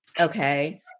Okay